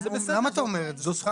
למה אתה אומר את זה?